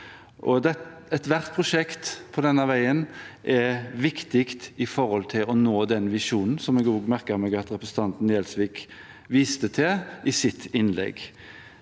Ethvert prosjekt på denne veien er viktig når det gjelder å nå den visjonen som jeg merker meg at representanten Gjelsvik viste til i sitt innlegg.